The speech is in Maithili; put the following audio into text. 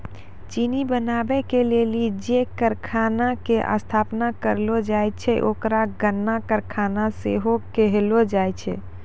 चिन्नी बनाबै के लेली जे कारखाना के स्थापना करलो जाय छै ओकरा गन्ना कारखाना सेहो कहलो जाय छै